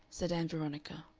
said ann veronica.